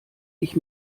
ich